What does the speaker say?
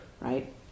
right